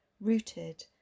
rooted